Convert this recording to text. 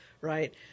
right